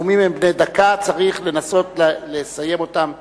הנאומים הם בני דקה וצריך לנסות לסיים אותם בדקה,